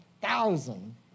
thousand